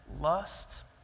lust